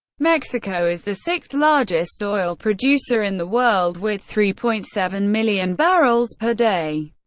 mexico is the sixth-largest oil producer in the world, with three point seven million barrels per day.